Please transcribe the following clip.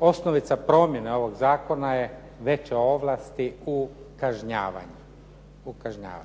Osnovica promjene ovog zakona je veće ovlasti u kažnjavanju,